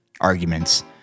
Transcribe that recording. arguments